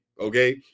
okay